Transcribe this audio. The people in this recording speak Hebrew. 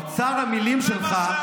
אוצר המילים שלך,